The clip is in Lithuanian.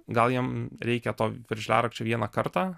gal jam reikia to veržliarakčio vieną kartą